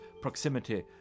proximity